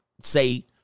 say